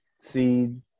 seed